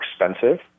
expensive